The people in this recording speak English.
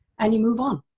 and you move on.